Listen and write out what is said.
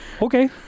Okay